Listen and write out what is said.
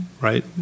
right